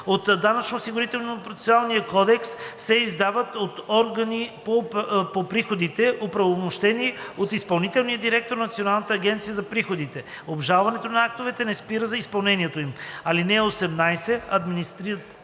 от Данъчно-осигурителния процесуален кодекс се издават от органи по приходите, оправомощени от изпълнителния директор на Националната агенция за приходите. Обжалването на актовете не спира изпълнението им. (18) Администрирането